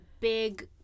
big